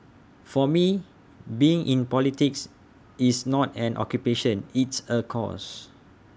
for me being in politics is not an occupation it's A cause